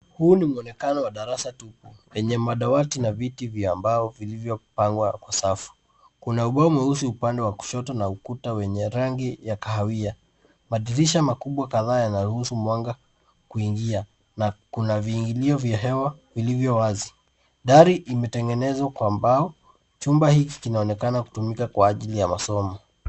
Huu ni mwenekano wa darasa tupu lenye madawati na viti vya mbao vilivyopangwa kwa safu. Kuna ubao mweusi upande wa kushoto na ukuta wenye rangi ya kahawia. Madirisha makubwa kadhaa yanaruhusu mwanga kuingia na kuna viingilio vya hewa vilivyo wazi. Dari imetengenezwa kwa mbao. Chumba hiki kinaonekana kutumika kwa ajili ya masomo.